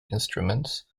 instruments